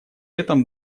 этом